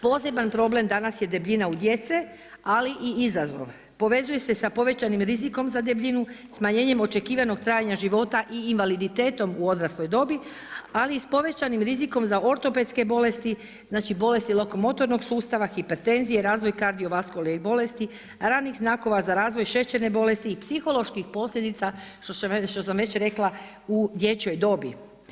Poseban problem danas je debljina u djece ali i izazov, povezuje se sa povećanim rizikom za debljinom, smanjenjem očekivanog trajanja života, i invaliditetom u odrasloj dobi, ali i s povećanim rizikom za ortopedske bolesti, znači bolesti lokomotornog sustava, hipertenzije, razvoj kardiovaskularnih bolesti, ranih znakova za razvoj šećerne bolesti, i psiholoških posljedica što sam već rekla i dječjoj dobi.